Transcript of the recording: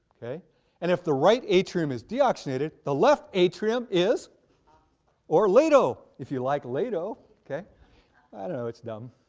and if the right atrium is deoxinated, the left atrium is or lato if you like lato. i don't know its dumb.